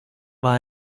war